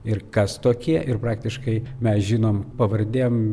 ir kas tokie ir praktiškai mes žinom pavardėm